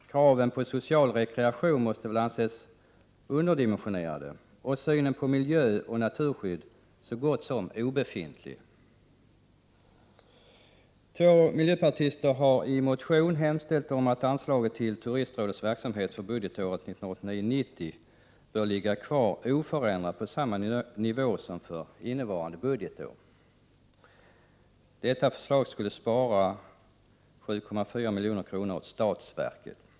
Kraven på social rekreation måste väl anses vara underdimensionerade och synen på miljöoch naturskydd så gott som obefintlig. Två miljöpartister har i motion hemställt om att anslaget till Turistrådets verksamhet för budgetåret 1989/90 skall ligga kvar oförändrat — på samma nivå som för innevarande budgetår. Förslaget skulle spara 7,4 milj.kr. åt statsverket.